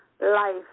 life